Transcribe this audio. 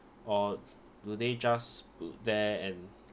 or do they just put there and